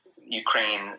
Ukraine